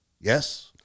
Yes